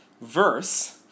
verse